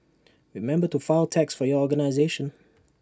remember to file tax for your organisation